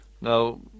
Now